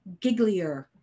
gigglier